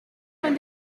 von